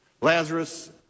Lazarus